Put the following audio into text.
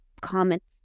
comments